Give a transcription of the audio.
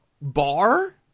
Bar